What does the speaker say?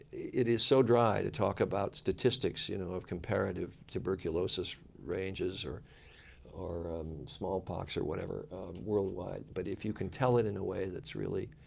it is so dry to talk about statistics you know of comparative tuberculosis ranges or or smallpox or whatever worldwide. but if you can tell it in a way that's really